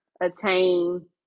attain